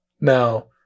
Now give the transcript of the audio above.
Now